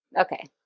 Okay